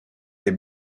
est